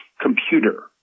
computer